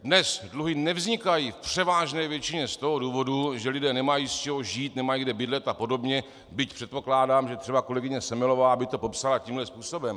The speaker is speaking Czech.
Dnes dluhy nevznikají v převážné většině z toho důvodu, že lidé nemají z čeho žít, nemají kde bydlet apod., byť předpokládám, že třeba kolegyně Semelová by to popsala tímhle způsobem.